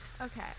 Okay